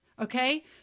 Okay